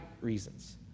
reasons